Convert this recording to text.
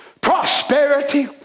prosperity